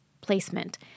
placement